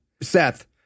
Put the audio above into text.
Seth